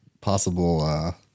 Possible